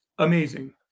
Amazing